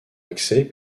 accès